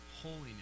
holiness